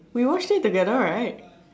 we watched it together right